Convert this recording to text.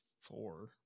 four